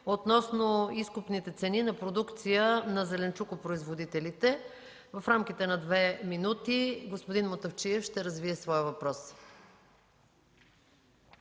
относно изкупните цени на продукция на зеленчукопроизводителите. В рамките на две минути господин Мутафчиев ще развие своя въпрос.